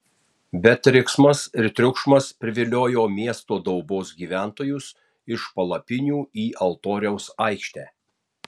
bet riksmas ir triukšmas priviliojo miesto daubos gyventojus iš palapinių į altoriaus aikštę